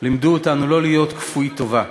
לימדו אותנו שלא להיות כפוי טובה